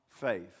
faith